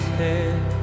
head